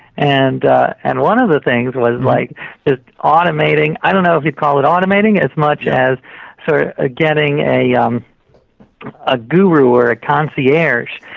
and and one of the things was like automating, automating, i don't know if you'd call it automating as much as so ah getting a um a guru or a concierge